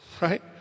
right